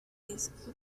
keys